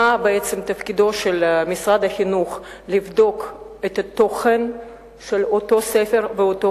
תפקידו של משרד החינוך לבדוק את התוכן של אותו ספר ואותה